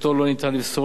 שאותו אין אפשרות לפסול,